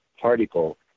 particle